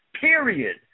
period